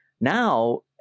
now